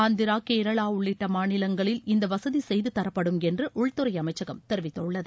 ஆந்திரா கேரளா உள்ளிட்ட மாநிலங்களில் இந்த வசதி செய்து தரப்படும் என்று உள்துறை அமைச்சகம் தெரிவித்துள்ளது